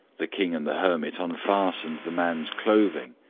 the king and the hermit unfastened the man's clothing.